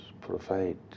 provide